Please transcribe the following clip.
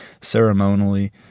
ceremonially